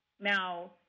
now